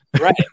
Right